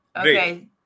Okay